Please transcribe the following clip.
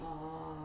(uh huh)